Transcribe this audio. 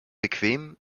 bequem